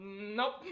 nope